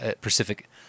Pacific